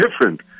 different